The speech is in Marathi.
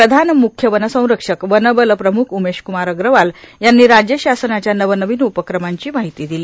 प्रधान मुख्य वनसंरक्षक वनबल प्रमुख उमेशक्रमार अग्रवाल यांनी राज्य शासनाच्या नवनवीन उपक्रमांची माहिती दिली